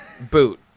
Boot